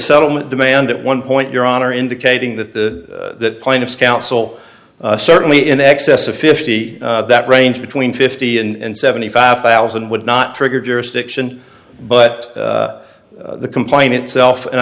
settlement demand at one point your honor indicating that the plaintiff's counsel certainly in excess of fifty that range between fifty and seventy five thousand would not trigger jurisdiction but the complaint itself and